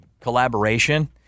collaboration